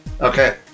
Okay